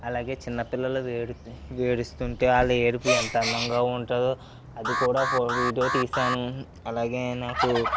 అలాగే చిన్నపిల్లలు ఏడుస్తు ఉంటే వాళ్ళ ఏడుపు ఎంత అందంగా ఉంటుందో అదికూడా ఫో వీడియో తీసాను అలాగే నాకు